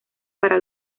para